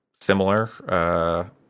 similar